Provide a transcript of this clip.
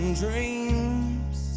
dreams